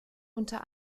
unter